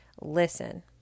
listen